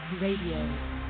RADIO